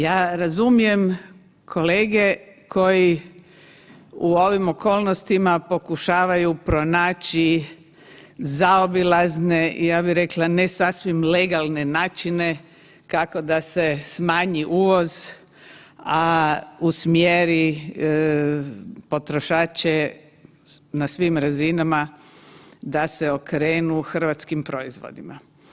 Ja razumijem kolege koji u ovim okolnostima pokušavaju pronaći zaobilazne, ja bih rekla ne sasvim legalne načine kako da se smanji uvoz, a usmjeri potrošače na svim razinama da se okrenu hrvatskim proizvodima.